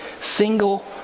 single